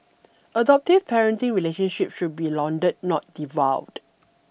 adoptive parenting relationship should be lauded not devalued